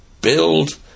build